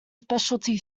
specialty